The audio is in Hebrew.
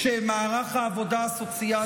כשמערך העבודה הסוציאלית קורס,